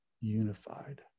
unified